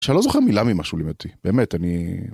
שלא זוכר מילה ממשהו לימדתי, באמת, אני...